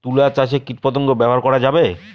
তুলা চাষে কীটপতঙ্গ ব্যবহার করা যাবে?